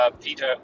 Peter